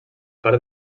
part